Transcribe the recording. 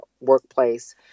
workplace